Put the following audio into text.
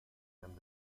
ذهنم